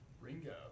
Ringo